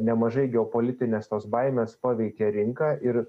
nemažai geopolitinės tos baimės paveikė rinką ir